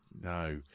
No